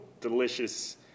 delicious